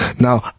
Now